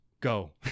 go